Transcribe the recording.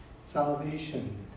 Salvation